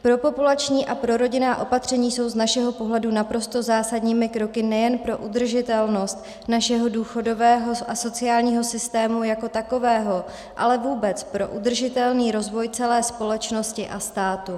Propopulační a prorodinná opatření jsou z našeho pohledu naprosto zásadními kroky nejen pro udržitelnost našeho důchodového a sociálního systému jako takového, ale vůbec pro udržitelný rozvoj celé společnosti a státu.